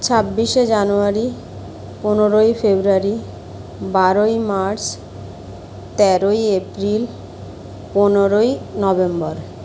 ছাব্বিশে জানুয়ারি পনেরোই ফেব্রুয়ারি বারোই মার্চ তেরোই এপ্রিল পনেরোই নভেম্বর